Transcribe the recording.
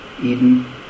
Eden